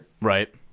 right